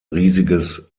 riesiges